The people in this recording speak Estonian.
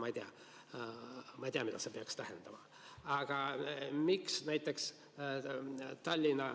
Ma ei tea, mida see peaks tähendama. Miks näiteks Tallinna